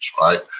right